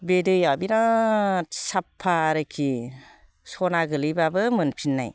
बे दैया बिराद साफ्फा आरोखि सना गोग्लैबाबो मोनफिन्नाय